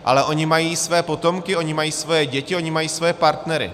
Ale oni mají své potomky, oni mají svoje děti, oni mají svoje partnery.